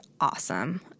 awesome